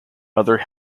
other